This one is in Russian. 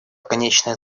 конечная